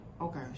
Okay